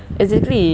exactly